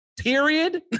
period